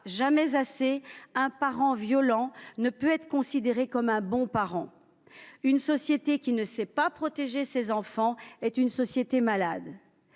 jamais assez : un parent violent ne peut être considéré comme un bon parent. Une société qui ne sait pas protéger ses enfants est une société malade